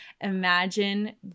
imagine